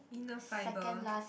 inner fibre